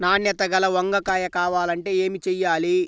నాణ్యత గల వంగ కాయ కావాలంటే ఏమి చెయ్యాలి?